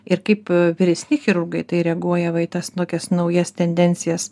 ir kaip vyresni draugai į tai reaguoja va į tas tokias naujas tendencijas